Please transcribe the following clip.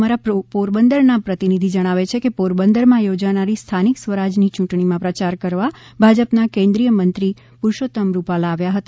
અમારા પોરબંદરના પ્રતિનિધિ જણાવે છે કે પોરબંદરમાં યોજાનારી સ્થાનિક સ્વરાજની ચૂંટણીમાં પ્રચાર કરવા ભાજપના કેન્દ્રીય મંત્રી પુરુષોત્તમ રૂપાલા આવ્યા હતા